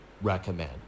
recommend